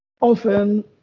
often